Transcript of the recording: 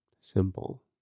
simple